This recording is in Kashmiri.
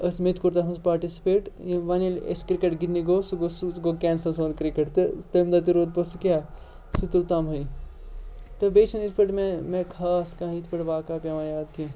أسۍ مےٚ تہِ کوٚر تَتھ منٛز پاٹِسِپیٹ یہِ وَنہِ ییٚلہِ أسۍ کِرٛکٮ۪ٹ گِنٛدنہِ گوٚو سُہ گوٚو سُہ حظ گوٚو کٮ۪نسَل سون کِرٛکٮ۪ٹ تہٕ تمہِ دۄہ تہِ روٗد پَتہٕ سُہ کیٛاہ سُہ تہِ تَمہٕے تہٕ بیٚیہِ چھِنہٕ یِتھ پٲٹھۍ مےٚ مےٚ خاص کانٛہہ یِتھ پٲٹھۍ واقعہ پٮ۪وان یاد کینٛہہ